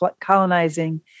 colonizing